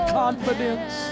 confidence